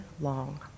long